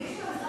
מישהו במשרד